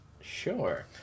Sure